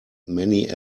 many